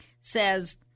says